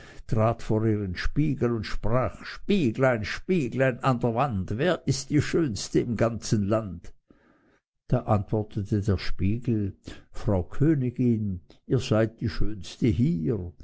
daheim vor den spiegel und sprach spieglein spieglein an der wand wer ist die schönste im ganzen land da antwortete er wie vorher frau königin ihr seid die schönste hier